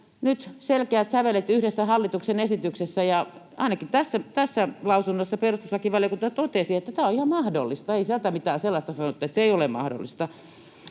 nyt selkeät sävelet yhdessä hallituksen esityksessä, ja ainakin tässä lausunnossa perustuslakivaliokunta totesi, että tämä on ihan mahdollista. Ei sieltä mitään sellaista sanottu, että se ei ole mahdollista,